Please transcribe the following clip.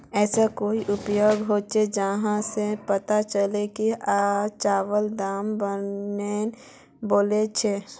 ऐसा कोई उपाय होचे जहा से पता चले की आज चावल दाम बढ़ने बला छे?